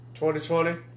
2020